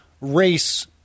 race